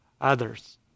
others